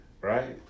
right